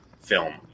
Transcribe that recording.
film